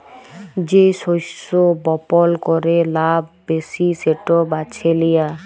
যে শস্য বপল ক্যরে লাভ ব্যাশি সেট বাছে লিয়া